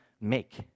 make